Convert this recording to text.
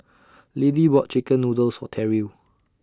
Liddie bought Chicken Noodles For Terrill